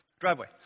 driveway